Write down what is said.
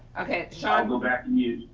okay, sean i'll go back and mute.